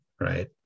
right